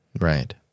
Right